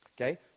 Okay